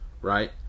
right